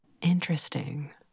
Interesting